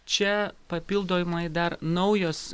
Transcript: čia papildomai dar naujos